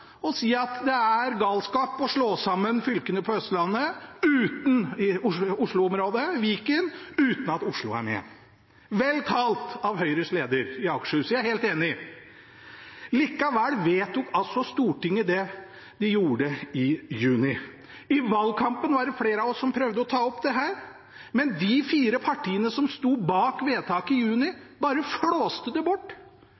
og sagt at det er galskap å slå sammen fylkene i Oslo-området – Viken – uten at Oslo er med. Vel talt av Høyres leder i Akershus! Jeg er helt enig. Likevel vedtok altså Stortinget det de gjorde i juni. I valgkampen var det flere av oss som prøvde å ta opp dette, men de fire partiene som sto bak vedtaket i